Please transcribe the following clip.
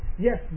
Yes